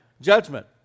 judgment